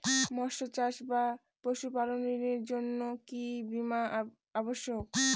মৎস্য চাষ বা পশুপালন ঋণের জন্য কি বীমা অবশ্যক?